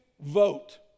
vote